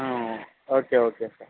okay okay sir